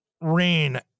rain